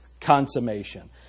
consummation